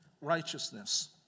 Righteousness